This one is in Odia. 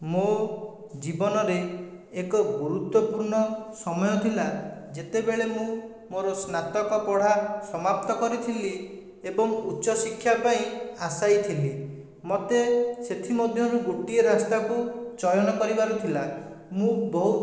ମୋ ଜୀବନରେ ଏକ ଗୁରୁତ୍ୱପୂର୍ଣ ସମୟ ଥିଲା ଯେତେବେଳେ ମୁଁ ମୋର ସ୍ନାତକ ପଢ଼ା ସମାପ୍ତ କରିଥିଲି ଏବଂ ଉଚ୍ଚ ଶିକ୍ଷା ପାଇଁ ଆଶାୟୀ ଥିଲି ମୋତେ ସେଥି ମଧ୍ୟରୁ ଗୋଟିଏ ରାସ୍ତାକୁ ଚୟନ କରିବାର ଥିଲା ମୁଁ ବହୁତ